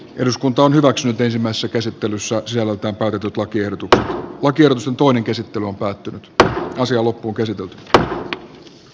eduskunta on hyväksynyt ensimmäisessä käsittelyssä asia mutta odotettua kiertuetta kun kierroksen ei voittaa on lakiehdotukset hylätty